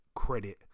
credit